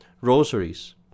rosaries